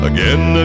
Again